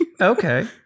Okay